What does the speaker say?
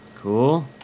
Cool